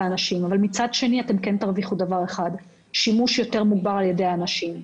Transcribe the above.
אבל מצד שני כן תרוויחו דבר אחד: שימוש יותר מוגבר על ידי האנשים.